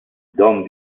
don